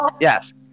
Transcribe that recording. Yes